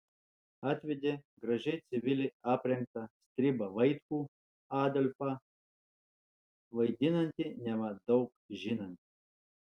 atvedė gražiai civiliai aprengtą stribą vaitkų adolfą vaidinantį neva daug žinantį